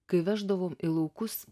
kai veždavom į laukus